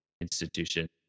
institution